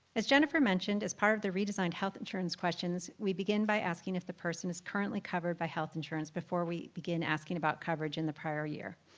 as jennifer mentioned, as part of the redesigned health insurance questions, we begin by asking if the person is currently covered by health insurance before we begin asking about coverage in the prior year.